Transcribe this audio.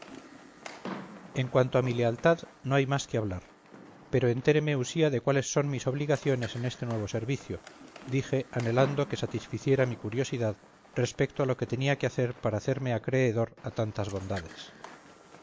en cuanto a mi lealtad no hay más que hablar pero entéreme usía de cuáles son mis obligaciones en este nuevo servicio dije anhelando que satisficiera mi curiosidad respecto a lo que tenía que hacer para hacerme acreedor a tantas bondades